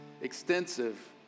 extensive